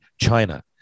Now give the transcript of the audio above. China